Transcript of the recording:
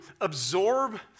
absorb